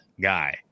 guy